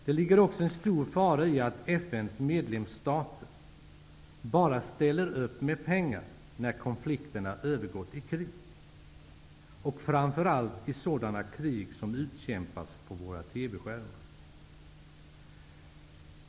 Det ligger också en stor fara i att FN:s medlemsstater bara ställer upp med pengar när konflikterna övergått i krig -- framför allt i sådana krig som utkämpas på våra TV-skärmar.